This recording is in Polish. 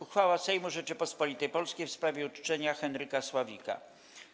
Uchwała Sejmu Rzeczypospolitej Polskiej w sprawie uczczenia Henryka Sławika.